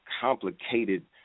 complicated